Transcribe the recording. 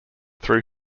threw